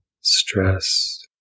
stress